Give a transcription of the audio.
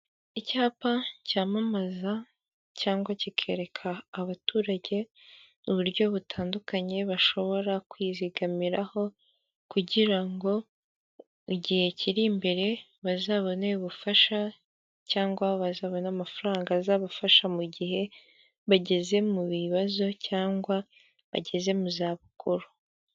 Icyapa cyamamaza cyangwa kikerereka abaturage uburyo butandukanye bashobora kwizigamiraho kugira ngo igihe kiri imbere bazabone ubufasha cyangwa bazabone amafaranga azabafasha mu gihe bageze mu bibazo cyangwa bageze mu za bukuru.